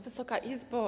Wysoka Izbo!